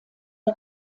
der